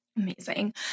Amazing